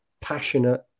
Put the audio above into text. passionate